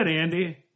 andy